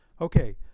Okay